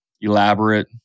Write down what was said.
elaborate